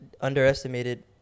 underestimated